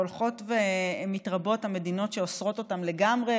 הולכות ומתרבות המדינות שאוסרות אותם לגמרי,